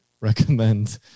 recommend